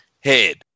head